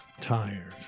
tired